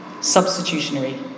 Substitutionary